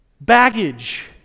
baggage